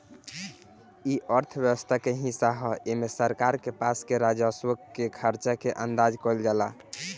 इ अर्थव्यवस्था के हिस्सा ह एमे सरकार के पास के राजस्व के खर्चा के अंदाज कईल जाला